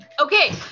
okay